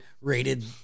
rated